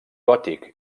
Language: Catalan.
gòtic